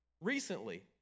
recently